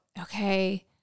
okay